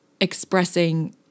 expressing